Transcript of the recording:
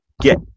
get